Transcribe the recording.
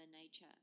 nature